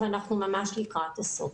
אנחנו ממש לקראת הסוף.